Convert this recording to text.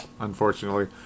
unfortunately